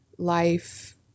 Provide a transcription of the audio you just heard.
life